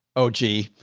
oh, gee.